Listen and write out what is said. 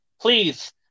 Please